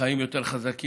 החיים יותר חזקים,